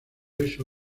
eso